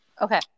Okay